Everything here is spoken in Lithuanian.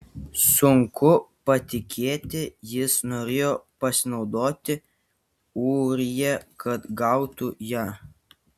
sunku patikėti jis norėjo pasinaudoti ūrija kad gautų ją